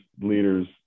leaders